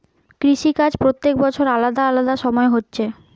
কৃষি কাজ প্রত্যেক বছর আলাদা আলাদা সময় হচ্ছে